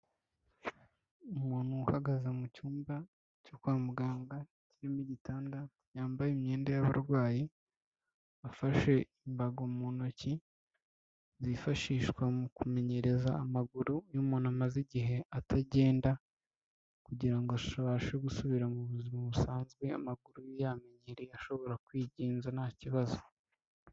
Umuntu uhagaze mu cyumba cyo kwa muganga kirimo igitanda, yambaye imyenda y'abarwayi afashe imbago mu ntoki, zifashishwa mu kumenyereza amaguru, iyo umuntu amaze igihe atagenda kugira ngo abashe gusubira mu buzima busanzwe amaguru ye yamenyereye ashobora kwigenza ntakibazo.